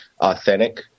authentic